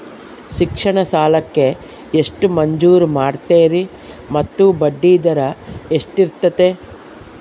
ಶಿಕ್ಷಣ ಸಾಲಕ್ಕೆ ಎಷ್ಟು ಮಂಜೂರು ಮಾಡ್ತೇರಿ ಮತ್ತು ಬಡ್ಡಿದರ ಎಷ್ಟಿರ್ತೈತೆ?